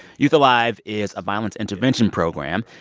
youth alive! is a violence intervention program,